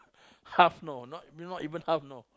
half know not not even half know